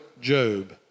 Job